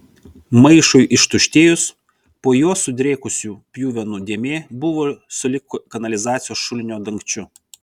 maišui ištuštėjus po juo sudrėkusių pjuvenų dėmė buvo sulig kanalizacijos šulinio dangčiu